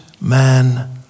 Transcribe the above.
man